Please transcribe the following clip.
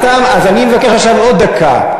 אז אני מבקש עכשיו עוד דקה,